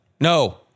no